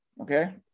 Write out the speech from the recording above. Okay